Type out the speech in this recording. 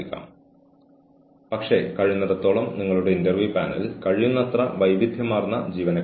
പക്ഷേ ഓർഗനൈസേഷന്റെ പ്രവർത്തനങ്ങളിലും കാലാവസ്ഥയിലും ഇത്തരത്തിലുള്ള സാഹചര്യം എന്ത് സ്വാധീനം ചെലുത്തുമെന്ന് ഓർഗനൈസേഷൻ തീരുമാനിക്കണം